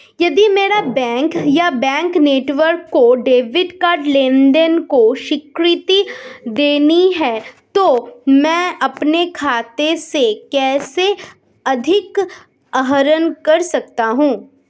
यदि मेरे बैंक या बैंक नेटवर्क को डेबिट कार्ड लेनदेन को स्वीकृति देनी है तो मैं अपने खाते से कैसे अधिक आहरण कर सकता हूँ?